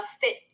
fit